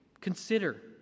Consider